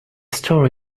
story